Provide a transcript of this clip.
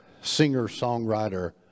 singer-songwriter